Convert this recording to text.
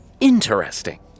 interesting